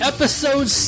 Episode